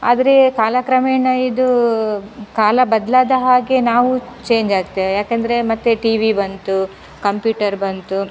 ಆದರೆ ಕಾಲಕ್ರಮೇಣ ಇದು ಕಾಲ ಬದಲಾದ ಹಾಗೆ ನಾವು ಚೇಂಜಾಗ್ತೇವೆ ಯಾಕಂದರೆ ಮತ್ತೆ ಟಿವಿ ಬಂತು ಕಂಪ್ಯೂಟರ್ ಬಂತು